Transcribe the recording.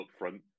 upfront